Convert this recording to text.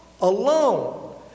alone